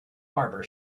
barber